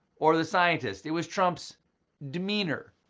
or the scientists it was trump's demeanor?